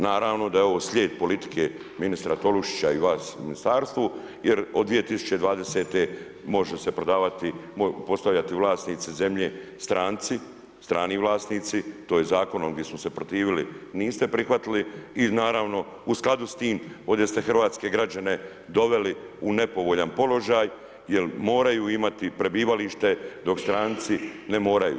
Naravno da je ovo slijed politike ministra Tolušića i vas u ministarstvu jer od 2020. može se prodavati, postajati vlasnici zemlje stranci, strani vlasnici, to je zakonom gdje smo se protivili, niste prihvatili i naravno, u skladu s tim, ovdje ste hrvatske građane doveli u nepovoljan položaj jer moraju imati prebivalište, dok stranci ne moraju.